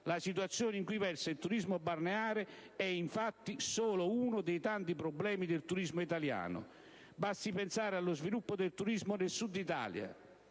La situazione in cui versa il turismo balneare è, infatti, solo uno dei tanti problemi del turismo italiano. Basti pensare allo sviluppo del turismo nel Sud Italia.